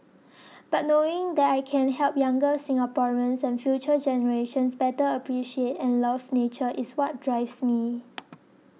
but knowing that I can help younger Singaporeans and future generations better appreciate and love nature is what drives me